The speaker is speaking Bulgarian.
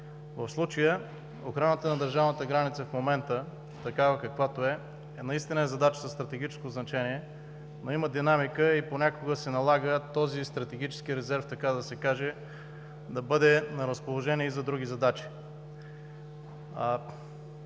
В случая охраната на държавната граница в момента, такава каквато е, наистина е задача със стратегическо значение, но има динамика и понякога се налага този стратегически резерв, така да се каже, да бъде на разположение и за други задачи.